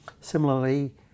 Similarly